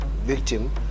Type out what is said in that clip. victim